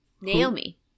Naomi